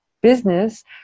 business